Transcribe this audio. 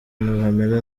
pamela